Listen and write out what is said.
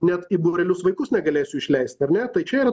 net į būrelius vaikus negalėsiu išleisti ar ne tai čia yra